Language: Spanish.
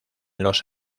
los